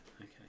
okay